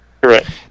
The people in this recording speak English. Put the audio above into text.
Correct